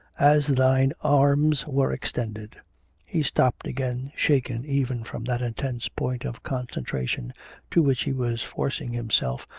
as thine arms were extended he stopped again, shaken even from that intense point of concentration to which he was forcing himself,